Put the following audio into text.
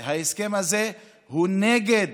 ההסכם הזה הוא נגד